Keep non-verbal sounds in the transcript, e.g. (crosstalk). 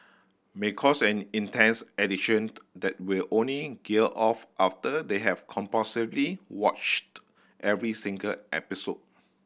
may cause an intense addiction (unintelligible) that will only gear off after they have compulsively watched every single episode